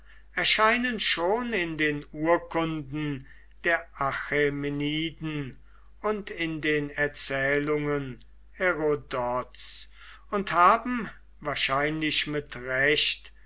erscheinen schon in den urkunden der achämeniden und in den erzählungen herodots und haben wahrscheinlich mit recht